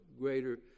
greater